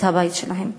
הבית שלהם.